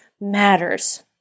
matters